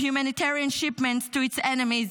humanitarian shipments to its enemies,